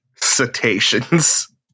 cetaceans